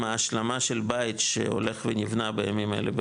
עם ההשלמה של בית שהולך ונבנה בימים האלה,